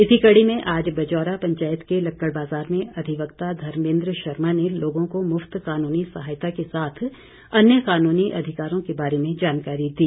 इसी कड़ी में आज बजौरा पंचायत के लक्कड़ बाज़ार में अधिवक्ता धमेंद्र शर्मा ने लोगों को मुफ्त कानूनी सहायता के साथ अन्य कानूनी अधिकारों के बारे में जानकारी दी